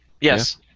Yes